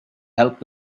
help